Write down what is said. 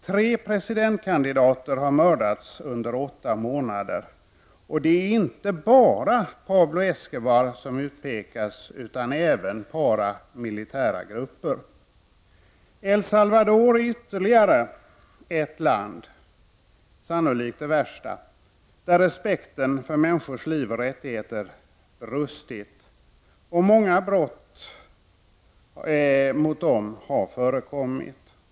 Tre presidentkandidater har mördats under åtta månader, och det är inte bara Pablo Escebar som utpekas utan även paramilitära grupper. El Salvador är ytterligare ett land — sannolikt det värsta — där respekten för människors liv och rättigheter brustit. Många brott mot dessa rättigheter har förekommit.